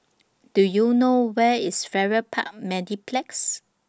Do YOU know Where IS Farrer Park Mediplex